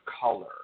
color